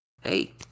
hey